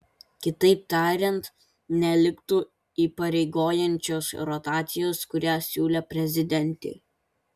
kitaip tariant neliktų įpareigojančios rotacijos kurią siūlė prezidentė